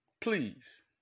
Please